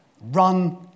run